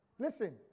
Listen